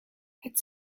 het